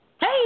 Hey